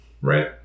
Right